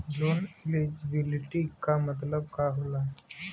Loan eligibility का मतलब का होला?